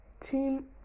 Team